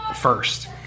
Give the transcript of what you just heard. first